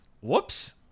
whoops